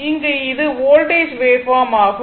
இங்கு இது voltage waveform ஆகும்